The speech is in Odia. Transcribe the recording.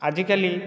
ଆଜିକାଲି